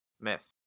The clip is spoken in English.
Myth